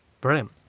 Brilliant